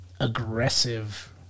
aggressive